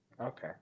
Okay